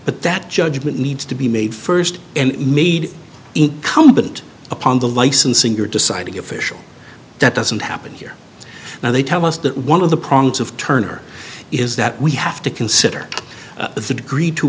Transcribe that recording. but that judgement needs to be made first and made incumbent upon the licensing or decide to be official that doesn't happen here now they tell us that one of the prongs of turner is that we have to consider the degree to